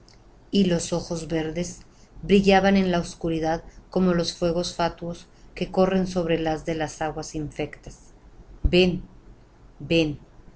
y los ojos verdes brillaban en la oscuridad como los fuegos fatuos que corren sobre el haz de las aguas infectas ven ven